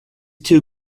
too